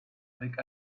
avec